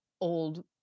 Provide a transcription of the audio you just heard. old